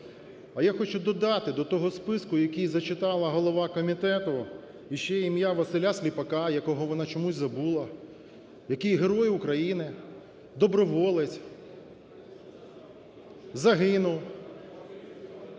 А я хочу додати до того списку, який зачитала голова комітету, іще ім'я Василя Сліпака, якого вона чомусь забула. Який Герой України, доброволець, загинув.